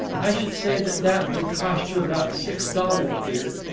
i should say that that would cost you about six dollars, dear.